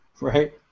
Right